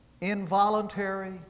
Involuntary